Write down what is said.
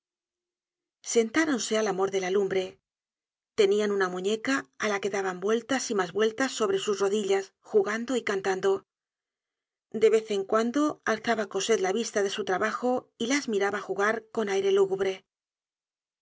sentáronse al amor de la lumbre tenían una muñeca á la que daban vueltas y mas vueltas sobre sus rodillas jugando y cantando de vez en cuando alzaba cosette la vista de su trabajo y las miraba jugar con aire lúgubre